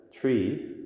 tree